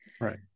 Right